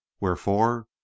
wherefore